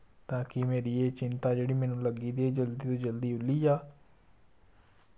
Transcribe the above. ताकि मेरी एह् चिंता जेह्ड़ी मेनू लग्गी दी एह् जल्दी तो जल्दी उल्ली जा